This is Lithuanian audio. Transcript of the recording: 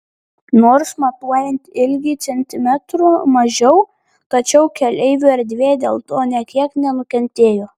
nors matuojant ilgį centimetrų mažiau tačiau keleivių erdvė dėl to nė kiek nenukentėjo